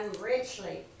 richly